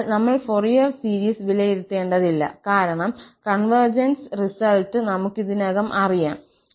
അതിനാൽ നമ്മൾ Fourier series വിലയിരുത്തേണ്ടതില്ല കാരണം കോൺവെർജൻസ് റിസൾട്ട് നമുക്ക് ഇതിനകം അറിയാം